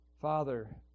Father